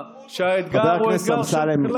חבר הכנסת אמסלם,